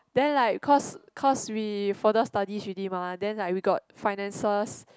then like cause cause we further studies already mah then like we got finances